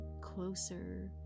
closer